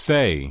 Say